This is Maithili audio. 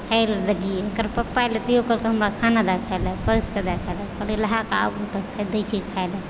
खाइ लेल देलियै ओकर पप्पा एलै तऽ ओहो कहलकै हमरा खाना दे खाइ लए परैसके दै कहअलियै नहाके आउ तऽ दै छी खाइ लए